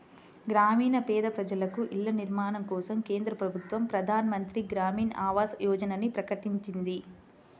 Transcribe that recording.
గ్రామీణ పేద ప్రజలకు ఇళ్ల నిర్మాణం కోసం కేంద్ర ప్రభుత్వం ప్రధాన్ మంత్రి గ్రామీన్ ఆవాస్ యోజనని ప్రకటించింది